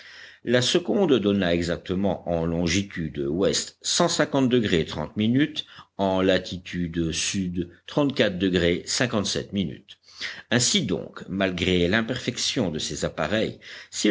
la seconde donna exactement en longitude ouest degrés en latitude sud degrés minutes ainsi donc malgré l'imperfection de ses appareils